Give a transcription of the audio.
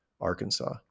arkansas